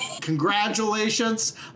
congratulations